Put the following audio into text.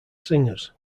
singers